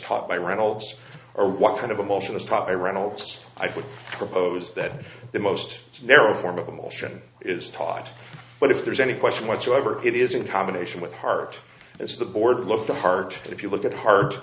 taught by reynolds or what kind of emotions pop iran olds i would propose that the most narrow form of emotion is taught but if there's any question whatsoever it is in combination with heart it's the board look to heart and if you look at har